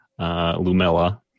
Lumella